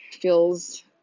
feels